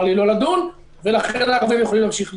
לו לא לדון ולכן הערבים יכולים להמשיך לבנות.